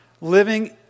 living